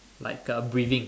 like a breathing